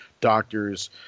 doctors